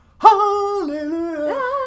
Hallelujah